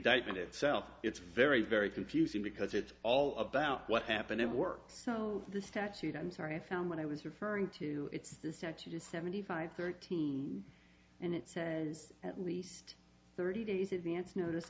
indictment itself it's very very confusing because it's all about what happened at work so the statute i'm sorry i found what i was referring to it's the statute is seventy five thirteen and it says at least thirty days advance notice